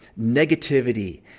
Negativity